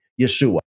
Yeshua